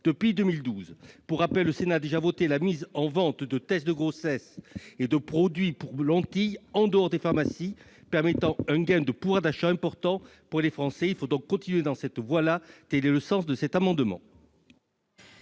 depuis 2012. Pour rappel, le Sénat a déjà approuvé la mise en vente de tests de grossesse et de produits pour lentilles de contact en dehors des pharmacies, permettant un gain de pouvoir d'achat important pour les Français. Il faut continuer dans cette voie ! Quel est l'avis de la commission